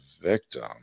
victim